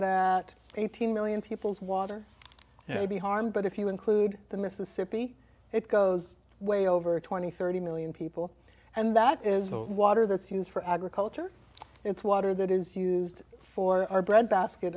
that eighteen million people's water would be harmed but if you include the mississippi it goes way over twenty thirty million people and that is the water that's used for agriculture it's water that is used for our bread basket